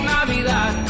Navidad